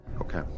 Okay